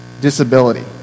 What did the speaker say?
disability